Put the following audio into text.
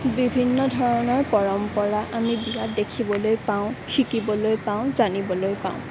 বিভিন্ন ধৰণৰ পৰম্পৰা আমি বিয়াত দেখিবলৈ পাওঁ শিকিবলৈ পাওঁ জানিবলৈ পাওঁ